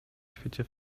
świecie